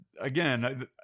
again